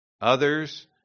others